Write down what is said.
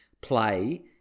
play